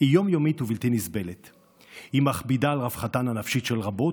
היא מכבידה על רווחתן הנפשית של רבות.